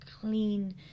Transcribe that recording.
clean